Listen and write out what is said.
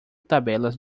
tabelas